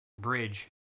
bridge